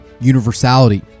universality